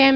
એમ